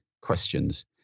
questions